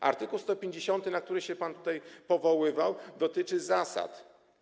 Art. 150, na który się pan powoływał, dotyczy zasad.